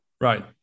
right